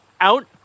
out